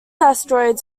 asteroids